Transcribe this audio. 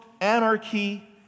anarchy